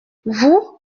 vous